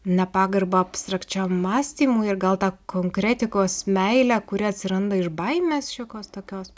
nepagarbą abstrakčiam mąstymui ir gal tą konkretikos meilę kuri atsiranda iš baimės šiokios tokios